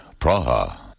Praha